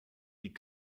die